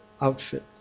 outfit